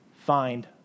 find